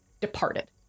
departed